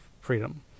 freedom